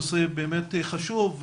נושא באמת חשוב,